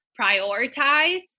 prioritize